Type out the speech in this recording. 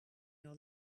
your